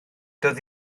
doedd